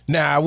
Now